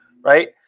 right